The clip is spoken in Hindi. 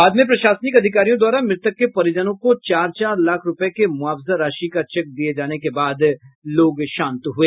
बाद में प्रशासनिक अधिकारियों द्वारा मृतक के परिजनों को चार चार लाख रूपये के मुआवजा राशि का चेक दिये जाने के बाद लोग शांत हुए